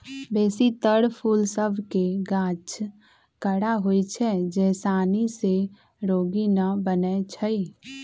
बेशी तर फूल सभ के गाछ कड़ा होइ छै जे सानी से रोगी न बनै छइ